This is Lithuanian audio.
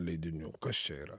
leidinių kas čia yra